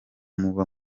muba